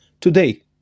today